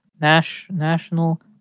National